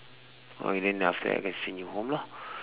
okay then after that I can send you home lah